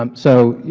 um so, yeah